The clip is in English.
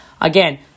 Again